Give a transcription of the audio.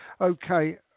okay